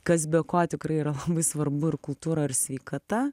kas be ko tikrai yra labai svarbu ir kultūra ir sveikata